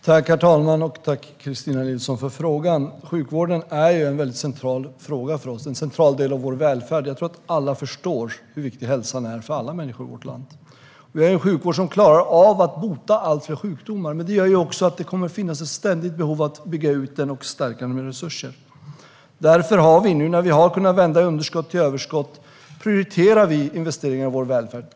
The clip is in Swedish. Herr talman! Tack, Kristina Nilsson, för frågan! Sjukvården är ju en väldigt central fråga för oss och en central del av vår välfärd. Jag tror att alla förstår hur viktig hälsan är för alla människor i vårt land. Vi har en sjukvård som klarar av att bota allt fler sjukdomar, men det gör också att det kommer att finnas ett ständigt behov av att bygga ut den och stärka den med resurser. Nu när vi har kunnat vända underskott till överskott prioriterar vi därför investeringar i vår välfärd.